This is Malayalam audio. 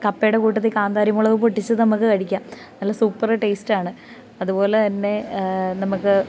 കപ്പയുടെ കൂട്ടത്തിൽ കാന്താരി മുളക് പൊട്ടിച്ചത് നമുക്ക് കഴിക്കാം നല്ല സൂപ്പറ് ടേയ്സ്റ്റാണ് അതുപോലെ തന്നെ നമുക്ക്